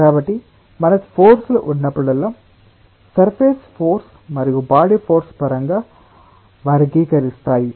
కాబట్టి మనకు ఫోర్స్ లు ఉన్నప్పుడల్లా సర్ఫేస్ ఫోర్స్ మరియు బాడీ ఫోర్స్ పరంగా వర్గీకరిస్తాము